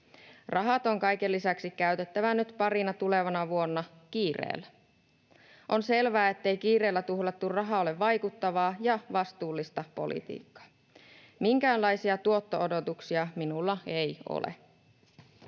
Rahat on kaiken lisäksi käytettävä nyt parina tulevana vuonna kiireellä. On selvää, ettei kiireellä tuhlattu raha ole vaikuttavaa ja vastuullista politiikkaa. Minkäänlaisia tuotto-odotuksia minulla ei ole.